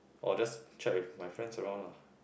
or just chat with my friends around lah